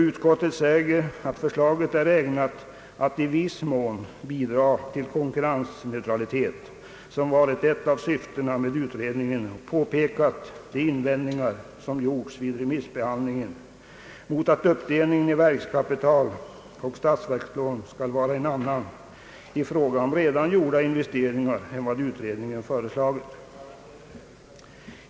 Utskottet säger nämligen att förslaget är ägnat att i viss mån bidra till den konkurrensneutralitet som varit ett av syftena med utredningen och påpekar de invändningar, som gjorts vid remissbehandlingen mot att uppdelningen i verkskapital och statsverkslån skall vara en annan i fråga om redan gjorda investeringar än vad utredningen föreslagit.